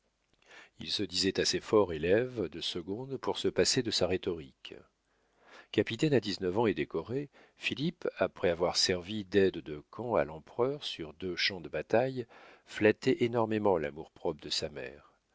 il se disait assez fort élève de seconde pour se passer de sa rhétorique capitaine à dix-neuf ans et décoré philippe après avoir servi daide de camp à l'empereur sur deux champs de bataille flattait énormément l'amour-propre de sa mère